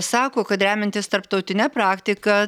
sako kad remiantis tarptautine praktika